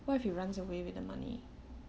what if he runs away with the money